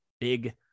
big